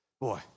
Boy